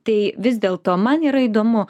tai vis dėlto man yra įdomu